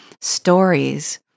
stories